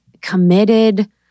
committed